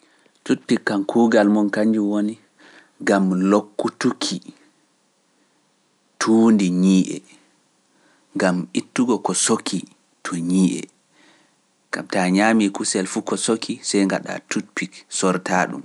Tuutpi kam kuugal mon kanjum woni gam lokku tuki, tuundi ñiiye, gam ittugo ko soki to ñiiye, gam taa ñaami kusel fuku soki, sey ngaɗa tuutpi sortaa ɗum.